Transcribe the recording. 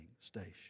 station